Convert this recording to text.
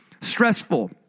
stressful